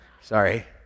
sorry